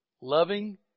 loving